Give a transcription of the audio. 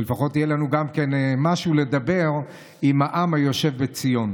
שלפחות יהיה לנו משהו לדבר עם העם היושב בציון.